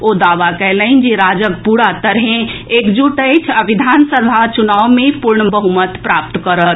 ओ दावा कएलनि जे राजग पूरा तरहे एकजुट अछि आ विधानसभा चुनाव मे पूर्ण बहुमत प्राप्त करत